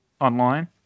online